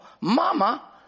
Mama